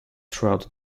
throughout